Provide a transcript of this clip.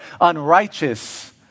unrighteous